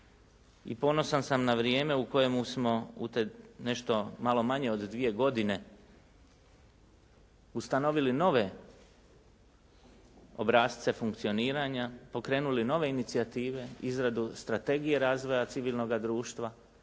i ponosan sam na vrijeme u kojemu smo u nešto malo manje od dvije godine ustanovili nove obrasce funkcioniranja, pokrenuli nove inicijative, izradu Strategije razvoja civilnoga društva